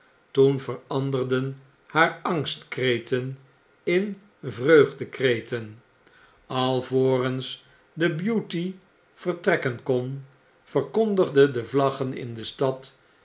toen veranderden haar angstkreten in vreugdekreten alvorens de beauty vertrekken kon verkondigden de vlaggen in de stad